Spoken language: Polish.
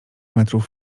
metrów